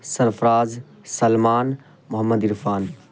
Sarfaraz Salman Mohammad Irfan